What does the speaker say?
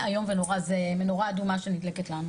זה איום ונורא, זו נורה אדומה שנדלקת לנו.